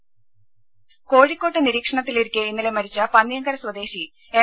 രുര കോഴിക്കോട്ട് നിരീക്ഷണത്തിലിരിക്കെ ഇന്നലെ മരിച്ച പന്നിയങ്കര സ്വദേശി എം